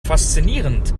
faszinierend